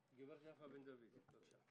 הגב' יפה בן דויד, בבקשה.